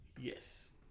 Yes